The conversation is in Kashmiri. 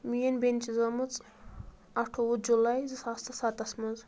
میٛٲنۍ بیٚنہِ چھِ زامٕژ اَٹھوٚوُہ جُلایی زٕساس تہٕ سَتَس منٛز